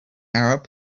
arab